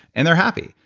and they're happy.